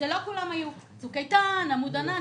שלא כולם היו צוק איתן או עמוד ענן.